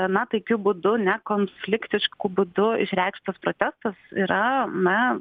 gana taikiu būdu nekonfliktišku būdu išreikštas protestas yra na